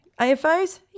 AFOs